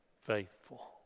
faithful